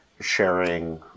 sharing